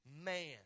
man